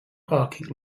parking